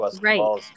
right